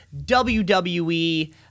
WWE